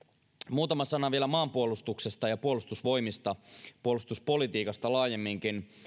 muutama sana vielä maanpuolustuksesta ja puolustusvoimista puolustuspolitiikasta laajemminkin